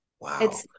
Wow